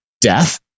Death